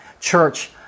Church